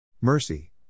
Mercy